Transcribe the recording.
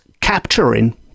capturing